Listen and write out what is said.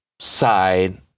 side